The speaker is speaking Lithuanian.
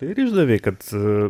tai ir išdavei kad